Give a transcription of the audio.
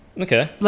Okay